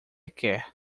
quer